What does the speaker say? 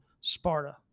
Sparta